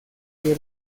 que